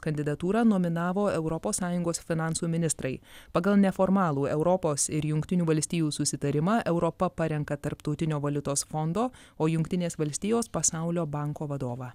kandidatūrą nominavo europos sąjungos finansų ministrai pagal neformalų europos ir jungtinių valstijų susitarimą europa parenka tarptautinio valiutos fondo o jungtinės valstijos pasaulio banko vadovą